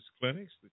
clinics